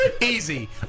Easy